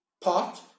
pot